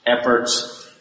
efforts